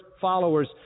followers